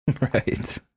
right